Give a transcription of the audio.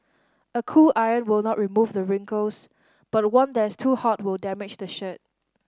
a cool iron will not remove the wrinkles but one that is too hot will damage the shirt